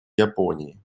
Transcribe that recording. японии